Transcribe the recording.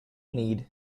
need